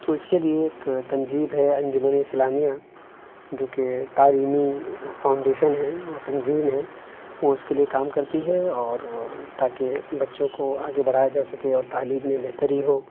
تو اس کے لیے ایک تنظیم ہے انجمن اسلامیہ جوکہ تعلیمی فاؤنڈیشن ہیں اور تنظیم ہیں وہ اس کے لیے کام کرتی ہے اور تاکہ بچوں کو آگے بڑھایا جا سکے اور تعلیم میں بہتری ہو